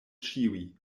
ĉiuj